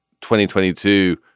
2022